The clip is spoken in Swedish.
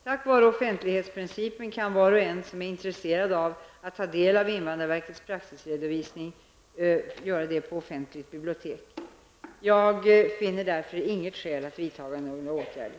Tack vare offentlighetsprincipen kan var och en som är intresserad av att ta del av invandrarverkets praxisredovisning göra det på offentliga bibliotek. Jag finner därför inget skäl till att vidta några åtgärder.